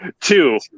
Two